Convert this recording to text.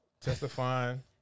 testifying